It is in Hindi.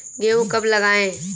गेहूँ कब लगाएँ?